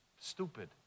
stupid